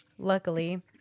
Luckily